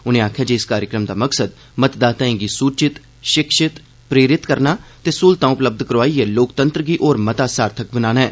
उनें आखेआ जे इस कार्यक्रम दा मकसद मतदाताएं गी सूचित षिक्षित प्रेरित करना ते स्दूलतां उपलब्य करोआइयै लोकतंत्र गी होर मता सार्थक बनाना ऐ